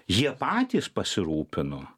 jie patys pasirūpino